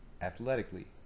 Athletically